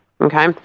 okay